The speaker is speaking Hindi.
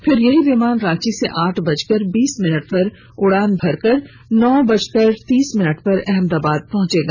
फिर यही विमान रांची से आठ बजकर बीस मिनट पर उड़ान भरेगा और नौ बजकर तीस मिनट पर अहमदाबाद पहंचेगा